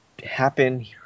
happen